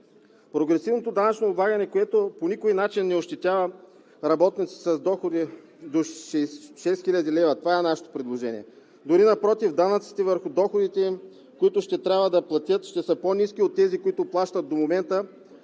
Прогресивното данъчно облагане, което по никакъв начин не ощетява работниците с доходи до 6 хил. лв. – това е нашето предложение. Напротив, данъците върху доходите им, които ще трябва да платят, ще са по-ниски от тези, които плащат до момента